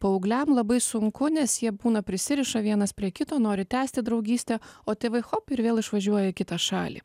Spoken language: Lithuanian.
paaugliam labai sunku nes jie būna prisiriša vienas prie kito nori tęsti draugystę o tėvai hop ir vėl išvažiuoja į kitą šalį